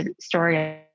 story